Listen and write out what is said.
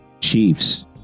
Chiefs